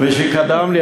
מי שקדם לי,